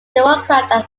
democrat